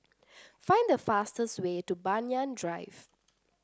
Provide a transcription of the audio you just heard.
find the fastest way to Banyan Drive